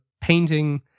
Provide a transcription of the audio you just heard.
painting